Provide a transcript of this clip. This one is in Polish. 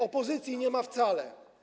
Opozycji nie ma wcale.